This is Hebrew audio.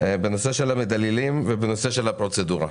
בנושא של המדללים ובנושא של הפרוצדורה.